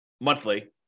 monthly